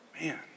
Man